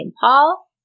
Paul